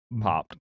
popped